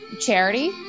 charity